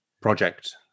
project